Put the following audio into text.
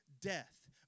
death